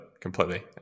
completely